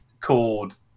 Called